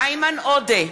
איימן עודה,